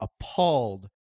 appalled